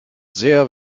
sehr